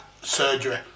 surgery